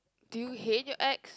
do you hate your ex